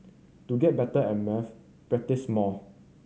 to get better at maths practise more